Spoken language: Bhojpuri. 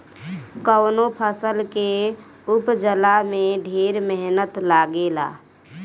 कवनो फसल के उपजला में ढेर मेहनत लागेला